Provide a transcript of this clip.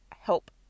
help